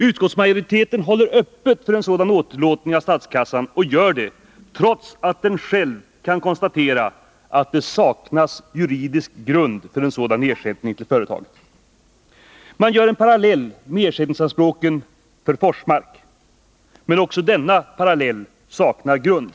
Utskottsmajoriteten håller öppet för en sådan åderlåtning av statskassan, trots att den själv kan konstatera att det saknas juridisk grund för ersättning till företaget. Man drar en parallell med ersättningsanspråken beträffande Forsmark, men också en sådan parallell saknar grund.